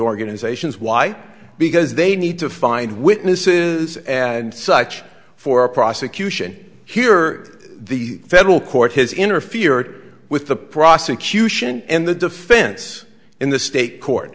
organizations why because they need to find witnesses and such for a prosecution here the federal court has interfered with the prosecution and the defense in the state court